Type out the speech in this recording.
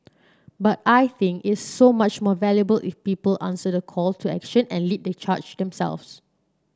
but I think it's so much more valuable if people answer the call to action and lead the charge themselves